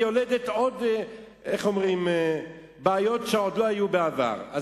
יולדת עוד ועוד בעיות שלא היו בעבר.